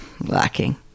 lacking